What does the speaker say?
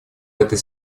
этой